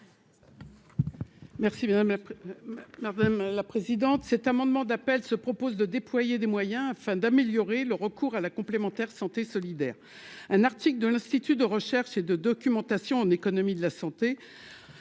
Merci madame la présidente,